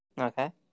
Okay